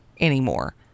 anymore